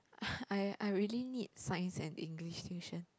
I I really need science and English tuition